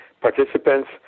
participants